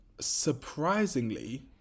surprisingly